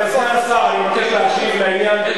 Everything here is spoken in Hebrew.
וסגן השר, אני מבקש להשיב לעניין.